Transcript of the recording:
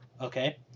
Okay